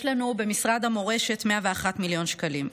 יש לנו במשרד המורשת 101 מיליון שקלים,